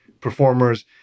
performers